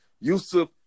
Yusuf